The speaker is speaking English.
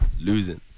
losing